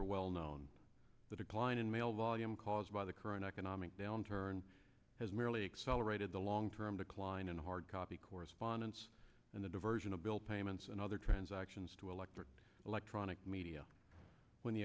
are well known the decline in mail volume caused by the current economic downturn has merely accelerated the long term decline in hard copy correspondence and the diversion of bill payments and other transactions to electric electronic media when the